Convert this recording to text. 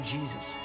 Jesus